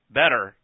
better